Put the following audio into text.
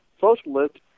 Socialist